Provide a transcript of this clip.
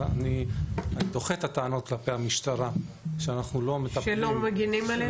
אני דוחה את הטענות כלפי המשטרה שאנחנו לא מטפלים ולא מגנים.